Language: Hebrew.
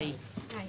היי,